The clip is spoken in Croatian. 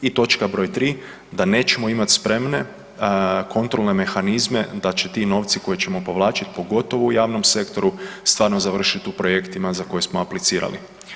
I točka broj 3. da nećemo imati spremne kontrolne mehanizme da će ti novci koje ćemo povlačit pogotovo u javnom sektoru stvarno završiti u projektima za koje smo aplicirali.